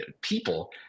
people